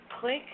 Click